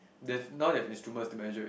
they've now they've instruments to measure it